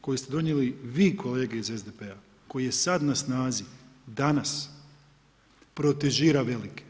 koji ste donijeli vi kolege iz SDP-a koji je sad na snazi, danas protežira velike.